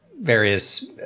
various